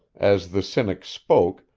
as the cynic spoke,